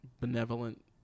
benevolent